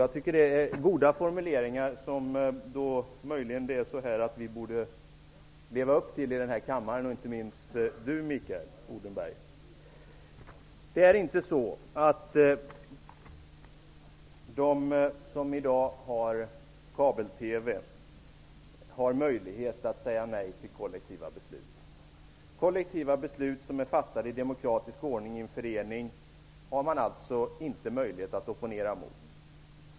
Jag tycker att det är goda formuleringar som vi här i kammaren borde leva upp till, och detta gäller inte minst Mikael De som i dag har kabel-TV har inte möjlighet att säga nej till kollektiva beslut. Kollektiva beslut som är fattade i demokratisk ordning i en förening kan man alltså inte opponera sig mot.